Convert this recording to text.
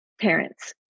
parents